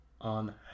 on